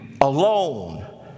alone